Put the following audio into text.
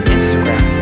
Instagram